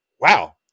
Wow